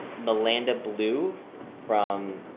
milanda blue from,